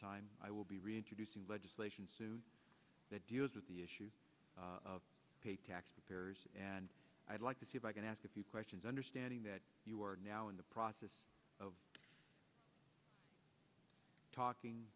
time i will be reintroducing legislation soon that deals with the issue of pay tax preparers and i'd like to see if i can ask a few questions understanding that you are now in the process of talking